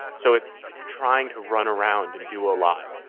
so it's trying to run around and do a lot,